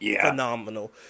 phenomenal